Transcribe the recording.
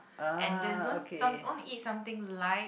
and there was this once want to eat something light